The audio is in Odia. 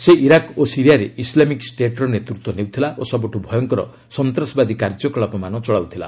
ସେ ଇରାକ୍ ଓ ସିରିଆରେ ଇସ୍ଲାମିକ୍ ଷ୍ଟେଟ୍ର ନେତୃତ୍ୱ ନେଉଥିଲା ଓ ସବୁଠୁ ଭୟଙ୍କର ସନ୍ତାସବାଦୀ କାର୍ଯ୍ୟକଳାପ ଚଳାଇଥିଲା